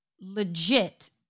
legit